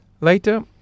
Later